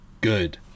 good